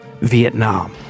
Vietnam